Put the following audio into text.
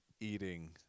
eating